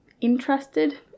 interested